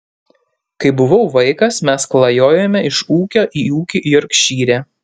kai buvau vaikas mes klajojome iš ūkio į ūkį jorkšyre